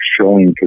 showing